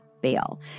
bail